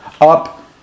up